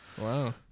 Wow